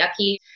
yucky